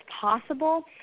possible